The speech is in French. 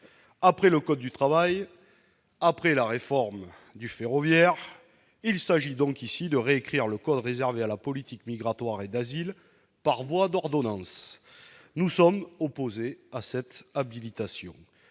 Après le code du travail, après la réforme du secteur ferroviaire, il s'agit donc ici de récrire le code consacré à la politique migratoire et d'asile par voie d'ordonnance. Nous sommes opposés à une telle habilitation.